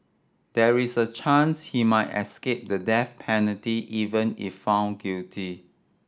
there is a chance he might escape the death penalty even if found guilty